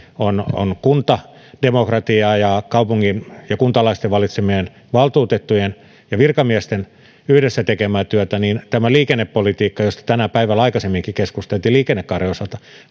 on on kuntademokratiaa ja kaupungin ja kuntalaisten valitsemien valtuutettujen ja virkamiesten yhdessä tekemää työtä niin liikennepolitiikka josta tänään päivällä aikaisemminkin keskusteltiin liikennekaaren osalta